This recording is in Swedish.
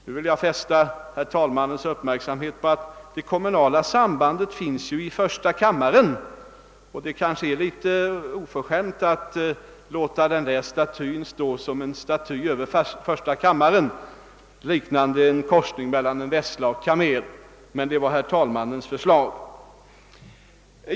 Jag vill fästa hans uppmärksamhet på att det kommunala sambandet ju ännu så länge finns i första kammaren och att det kanske är litet oförskämt att låta den där statyn, liknande en korsning mellan en vessla och en kamel, stå som staty över denna kammare. Det var emellertid herr förste vice talmannens förslag.